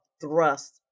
thrust